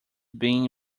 being